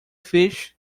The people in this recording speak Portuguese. fez